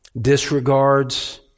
disregards